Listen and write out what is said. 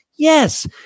Yes